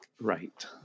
right